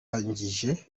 ubundi